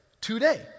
Today